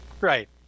Right